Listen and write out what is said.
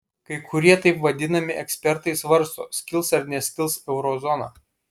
kai kurie taip vadinami ekspertai svarsto skils ar neskils eurozona